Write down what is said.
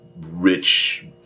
rich